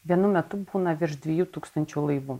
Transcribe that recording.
vienu metu būna virš dviejų tūkstančių laivų